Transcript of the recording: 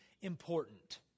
important